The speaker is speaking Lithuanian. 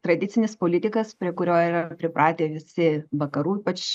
tradicinis politikas prie kurio yra pripratę visi vakarų ypač